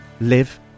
live